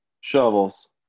Shovels